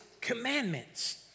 commandments